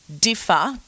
differ